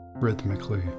rhythmically